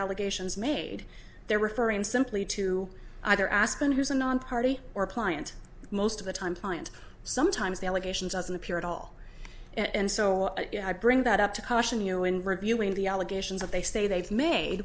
allegations made they're referring simply to either aspen who's a nonparty or pliant most of the time client sometimes the allegations on the pier at all and so i bring that up to caution you in reviewing the allegations that they say they've made